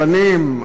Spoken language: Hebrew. בנים,